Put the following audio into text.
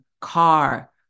car